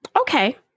Okay